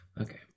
Okay